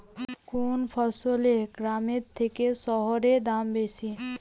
কোন ফসলের গ্রামের থেকে শহরে দাম বেশি?